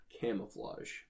camouflage